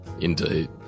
Indeed